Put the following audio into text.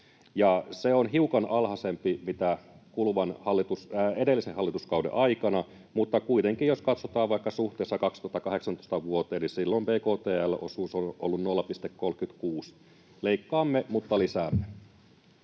se on hiukan alhaisempi mitä edellisen hallituskauden aikana, mutta kuitenkin jos katsotaan vaikka suhteessa vuoteen 2018, niin silloin bktl-osuus on ollut 0,36. Leikkaamme mutta lisäämme.